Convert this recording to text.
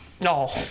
No